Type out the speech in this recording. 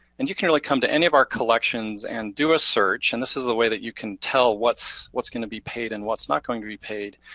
and you can really come to any of our collections and do a search, and this is the way that you can tell what's what's gonna be paid and what's not going to be paid,